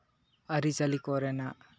ᱟᱹᱨᱤᱪᱟᱹᱞᱤ ᱠᱚᱨᱮᱱᱟᱜ